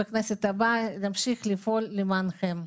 בכנסת הבאה להמשיך לפעול למענכם.